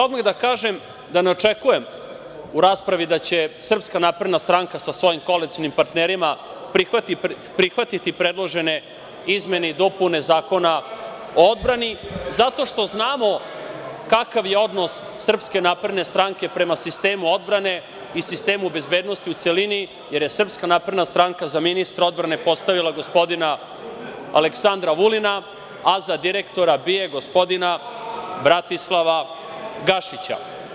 Odmah da kažem da ne očekujem u raspravi da će SNS sa svojim koalicionim partnerima prihvatiti predložene izmene i dopune Zakona o odbrani zato što znamo kakav je odnos SNS prema sistemu odbrane i prema sistemu odbrane u celini jer je SNS za ministra odbrane postavila gospodina Aleksandra Vulina, a za direktora BIA gospodina Bratislava Gašića.